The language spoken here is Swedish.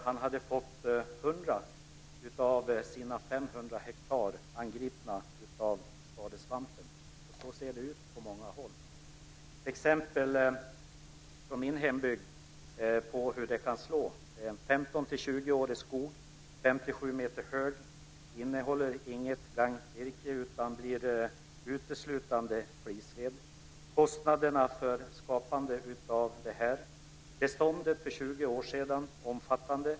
Han hade fått 100 av sina 500 hektar angripna av skadesvampen. Så ser det ut på många håll. Jag vill nämna några exempel från min hembygd på hur det kan slå. 15-20-årig skog, fem till sju meter hög, innehåller inget gagnvirke utan blir uteslutande flisved. Kostnaderna för det här 20 år gamla beståndet har varit omfattande.